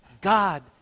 God